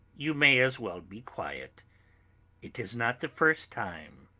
you may as well be quiet it is not the first time,